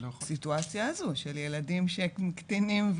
הסיטואציה הזו, של ילדים שהם קטינים.